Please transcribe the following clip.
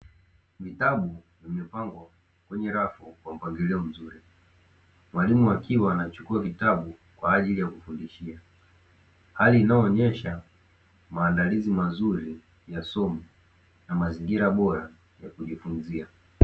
Vitabu vimepangwa kwenye rafu kwa mpangilio mzuri mwalimu akiwa anachukua vitabu kwa ajili ya kufundishia, hali inayoonyesha maandalizi mazuri ya somo na mazingira bora ya kujifunzia.